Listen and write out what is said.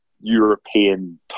european